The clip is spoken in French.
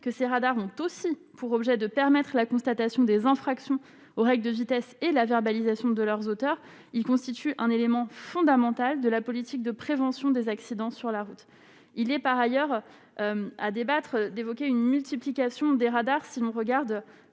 que ces radars ont aussi pour objet de permettre à la constatation des infractions aux règles de vitesse et la verbalisation de leurs auteurs, il constitue un élément fondamental de la politique de prévention des accidents sur la route, il est par ailleurs à débattre d'évoquer une multiplication des radars, si l'on regarde